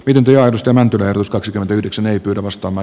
pidempi aidosta menty vetus kaksikymmentäyhdeksän ei pyydä vastaava